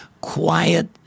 quiet